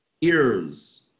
ears